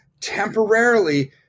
temporarily